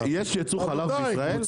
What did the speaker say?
יש ייצוא חלב מישראל?